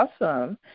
Awesome